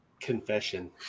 Confession